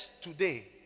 today